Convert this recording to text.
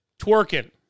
Twerking